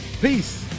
Peace